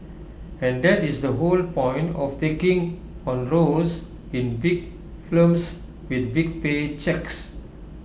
and that is the whole point of taking on roles in big films with big pay cheques